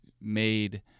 made